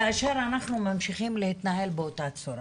כאשר אנחנו ממשיכים להתנהל באותה צורה.